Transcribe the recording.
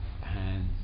hands